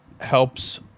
helps